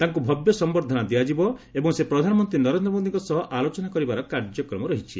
ତାଙ୍କୁ ଭବ୍ୟ ସମ୍ଭର୍ଦ୍ଧନା ଦିଆଯିବ ଏବଂ ସେ ପ୍ରଧାନମନ୍ତ୍ରୀ ନରେନ୍ଦ୍ର ମୋଦିଙ୍କ ସହ ଆଲୋଚନା କରିବାର କାର୍ଯ୍ୟକ୍ରମ ରହିଛି